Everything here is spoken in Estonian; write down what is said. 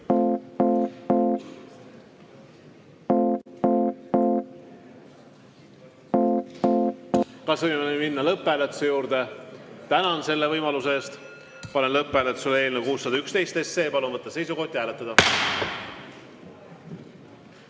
Kas võime minna lõpphääletuse juurde? Tänan selle võimaluse eest. Panen lõpphääletusele eelnõu 611. Palun võtta seisukoht ja hääletada!